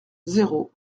zéro